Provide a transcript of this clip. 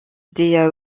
des